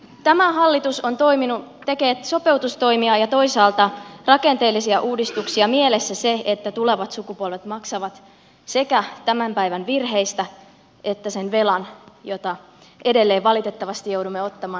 tämä hallitus tekee sopeutustoimia ja toisaalta rakenteellisia uudistuksia mielessään se että tulevat sukupolvet maksavat sekä tämän päivän virheistä että sen velan jota edelleen valitettavasti joudumme ottamaan